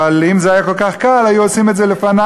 אבל אם זה היה כל כך קל, היו עושים את זה לפני.